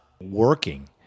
working